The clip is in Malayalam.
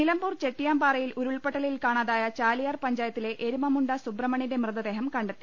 നിലമ്പൂർ ചെട്ടിയാംപാറയിൽ ഉരുൾപൊട്ടലിൽ കാണാതായ ചാലിയാർ പഞ്ചായത്തിലെ എരുമമുണ്ട സുബ്രഹ്മണ്യന്റെ മൃത ദേഹം കണ്ടെത്തി